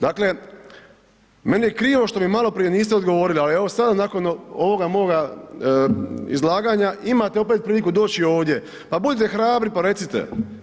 Dakle, meni je krivo što mi maloprije niste odgovorili ali evo sada nakon ovoga moga izlaganja, imate opet priliku doći ovdje, pa budite hrabri pa recite.